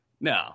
No